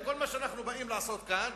וכל מה שאנחנו באים לעשות כאן,